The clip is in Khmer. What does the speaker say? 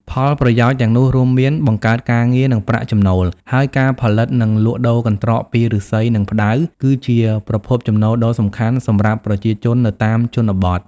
ផលប្រយោជន៍ទាំងនោះរួមមានបង្កើតការងារ និងប្រាក់ចំណូល ហើយការផលិត និងលក់ដូរកន្ត្រកពីឫស្សី និងផ្តៅ គឺជាប្រភពចំណូលដ៏សំខាន់សម្រាប់ប្រជាជននៅតាមជនបទ។